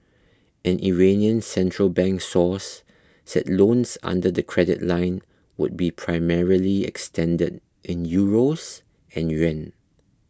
an Iranian central bank source said loans under the credit line would be primarily extended in Euros and yuan